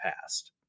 past